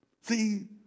See